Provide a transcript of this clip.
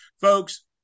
folks